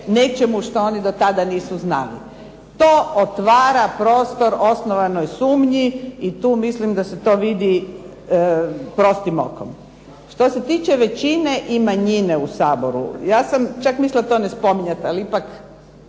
nečemu što oni do tada nisu znali. To otvara prostor osnovanoj sumnji i tu mislim da se to vidi prostim okom. Što se tiče većine i manjine u Saboru, ja sam čak mislila to ne spominjati, ali ipak